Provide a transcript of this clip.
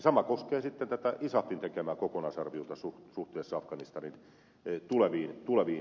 sama koskee sitten tätä isafin tekemää kokonaisarviota suhteessa afganistanin tuleviin toimiin